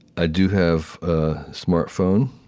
i do have a smartphone.